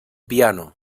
piano